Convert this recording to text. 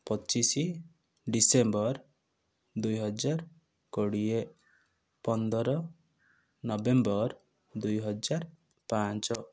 ପଚିଶ ଡିସେମ୍ବର୍ ଦୁଇ ହଜାର କୋଡ଼ିଏ ପନ୍ଦର ନଭେମ୍ବର୍ ଦୁଇ ହଜାର ପାଞ୍ଚ